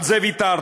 על זה ויתרת,